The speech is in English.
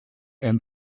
and